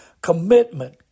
commitment